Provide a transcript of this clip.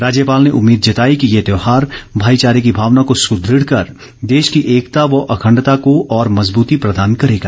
राज्यपाल ने उम्मीद जताई कि ये त्योहार भाईचारे की भावना को सुदृढ़ कर देश की एकता व अखण्डता को और मजबूती प्रदान करेगा